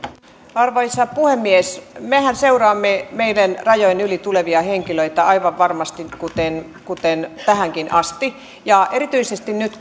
arvoisa puhemies mehän seuraamme meidän rajojen yli tulevia henkilöitä aivan varmasti kuten kuten tähänkin asti ja erityisesti nyt